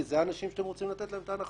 כי אלה האנשים שאתם רוצים לתת להם את ההנחה.